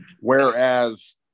whereas